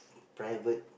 private